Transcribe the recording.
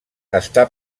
està